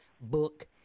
book